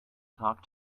talk